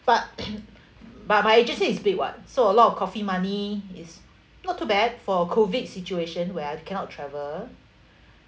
but but my agency is big [what] so a lot of coffee money is not too bad for COVID situation where I cannot travel